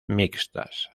mixtas